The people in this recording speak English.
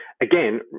again